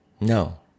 No